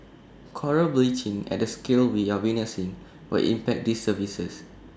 Coral bleaching at the scale we are witnessing will impact these services